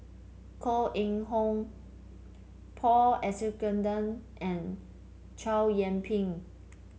Koh Eng Hoon Paul Abisheganaden and Chow Yian Ping